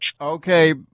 okay